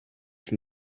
from